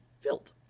filled